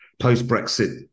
post-brexit